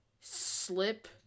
slip